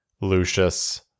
Lucius